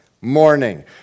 morning